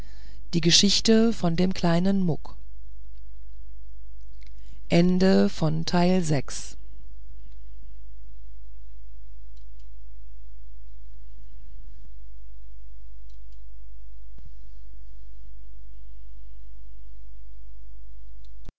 die geschichte von dem kleinen muck